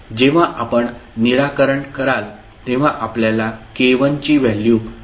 जेव्हा आपण निराकरण कराल तेव्हा आपल्याला k1 ची व्हॅल्यू मिळेल